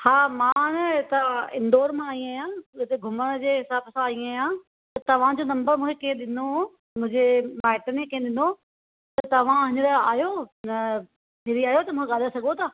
हा मां न इतां इंदौर मां आई आहियां हिते घुमण जे हिसाब सां आई आहियां तव्हांजो नम्बर मूंखे कंहिं ॾिनो हुओ मुंहिंजे माइटनि ई कंहिं ॾिनो हुओ त तव्हां अॼु आहियो अ फिरी आहियो त ॻाल्हाए सघो था